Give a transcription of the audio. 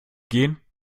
gehen